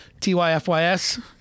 tyfys